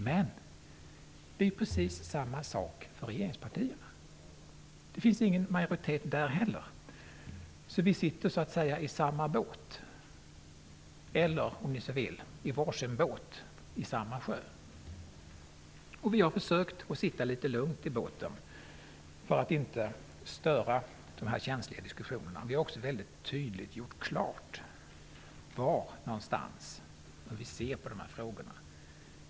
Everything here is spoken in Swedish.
Men det är precis samma sak för regeringspartierna. Det finns inte heller någon majoritet för dem. Vi sitter alltså på sätt och vis i samma båt eller, om man så vill, i var sin båt men i samma sjö. Vi har försökt att sitta litet lugnt i båten för att inte störa de känsliga diskussionerna. Vi har också mycket tydligt gjort klart hur vi ser på de här frågorna.